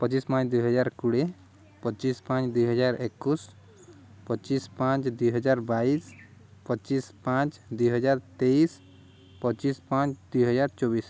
ପଚିଶ ପାଞ୍ଚ ଦୁଇହଜାର କୋଡ଼ିଏ ପଚିଶ ପାଞ୍ଚ ଦୁଇହଜାର ଏକୋଇଶ ପଚିଶ ପାଞ୍ଚ ଦୁଇହଜାର ବାଇଶ ପଚିଶ ପାଞ୍ଚ ଦୁଇହଜାର ତେଇଶ ପଚିଶ ପାଞ୍ଚ ଦୁଇହଜାର ଚବିଶ